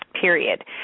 period